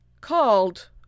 called